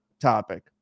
topic